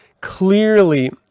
clearly